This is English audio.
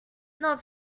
not